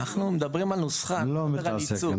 אנחנו מדברים על נוסחה --- בסדר,